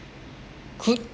could